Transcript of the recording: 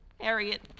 Harriet